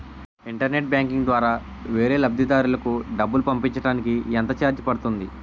Internet banking ద్వారా వేరే లబ్ధిదారులకు డబ్బులు పంపించటానికి ఎంత ఛార్జ్ పడుతుంది?